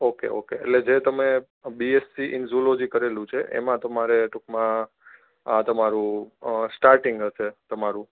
okay okay એટલે જે તમે બીએસસી ઇન ઝૂલોજી કરેલું છે એમા તમારે ટૂંકમાં આ તમારું સ્ટાટિંગ હશે તમારું